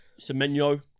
Semenyo